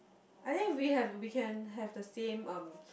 I think we have we can have the same um